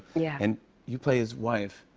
yeah and you play his wife.